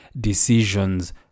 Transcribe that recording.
decisions